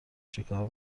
چیکار